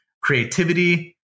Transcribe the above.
creativity